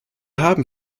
haben